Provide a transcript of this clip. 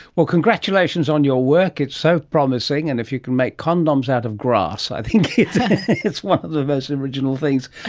well, congratulations on your work, it's so promising, and if you can make condoms out of grass i think it's one of the most original things.